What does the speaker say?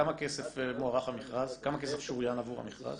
כמה כסף שוריין עבור המכרז?